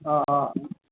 অঁ অঁ